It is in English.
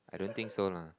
I don't think so lah